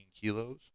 kilos